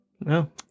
No